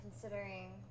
considering